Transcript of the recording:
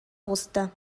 оҕуста